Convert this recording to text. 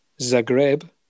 Zagreb